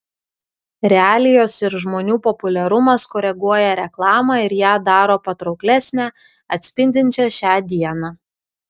realijos ir žmonių populiarumas koreguoja reklamą ir ją daro patrauklesnę atspindinčią šią dieną